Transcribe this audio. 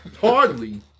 Hardly